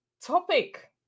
topic